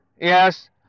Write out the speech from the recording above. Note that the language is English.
Yes